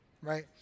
right